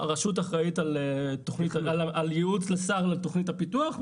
הרשות אחראית על ייעוץ לשר לתוכנית הפיתוח,